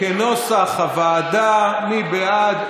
כנוסח הוועדה, מי בעד?